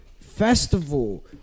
festival